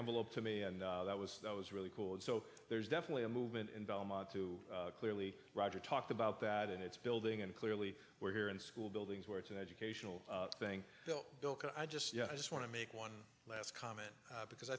envelope to me and that was those really cool and so there's definitely a movement in belmont to clearly roger talked about that and it's building and clearly we're here in school buildings where it's an educational thing bill can i just yeah i just want to make one last comment because i